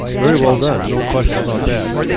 very well done. no question about that.